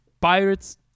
Pirates